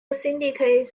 syndicates